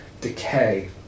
decay